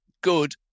good